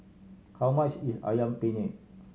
how much is Ayam Penyet